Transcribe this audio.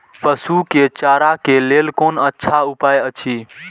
पशु के चारा के लेल कोन अच्छा उपाय अछि?